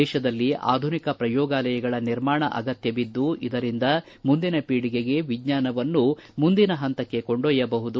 ದೇಶದಲ್ಲಿ ಆಧುನಿಕ ಪ್ರಯೋಗಾಲಯಗಳ ನಿರ್ಮಾಣ ಅಗತ್ಯವಿದ್ದು ಇದರಿಂದ ಮುಂದಿನ ಪೀಳಗೆಗೆ ವಿಜ್ವಾನವನ್ನು ಮುಂದಿನ ಹಂತಕ್ಕೆ ಕೊಂಡಯ್ಯಬಹುದು